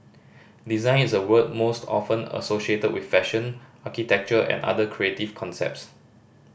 design is a word most often associated with fashion architecture and other creative concepts